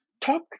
Talk